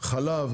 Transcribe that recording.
חלב,